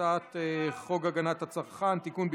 הצעת חוק הגנת הצרכן (תיקון,